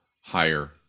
higher